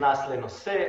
נכנס לנושא,